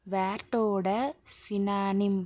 வேர்ட்டோட synonym